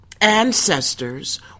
ancestors